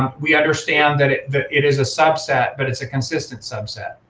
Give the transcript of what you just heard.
um we understand that it that it is a subset, but it's a consistent subset.